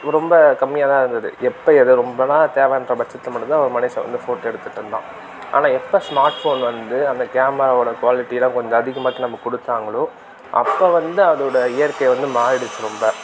ரொம்ப கம்மியாக தான் இருந்தது எப்போ ஏதா ரொம்ப தேவைன்ற பட்சத்தில் மட்டும் தான் ஒரு மனுஷன் வந்து ஃபோட்டோ எடுத்துகிட்டிருந்தான் ஆனால் எப்போ ஸ்மார்ட் ஃபோன் வந்து அந்த கேமராவோடய க்வாலிட்டியெலாம் கொஞ்சம் அதிகமாக்கி நமக்கு கொடுத்தாங்களோ அப்போ வந்து அதோடய இயற்கை வந்து மாறிடுச்சு ரொம்ப